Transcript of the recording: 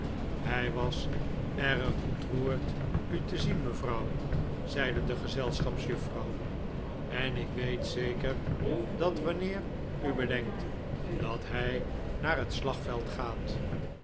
hij was erg ontroerd u te zien mevrouw zeide de gezelschapsjuffrouw en ik weet zeker dat wanneer u bedenkt dat hij naar het slagveld gaat